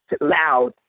loud